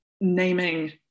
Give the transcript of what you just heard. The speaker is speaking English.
naming